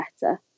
better